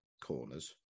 corners